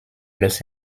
los